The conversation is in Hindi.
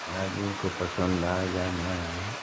आदमी को पसंद आए जाए ना आवे